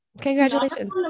congratulations